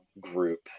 group